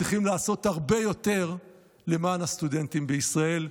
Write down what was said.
צריכים לעשות הרבה יותר למען הסטודנטים בישראל.